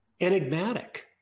enigmatic